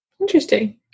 Interesting